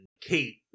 kate